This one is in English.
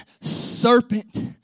serpent